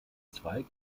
zweig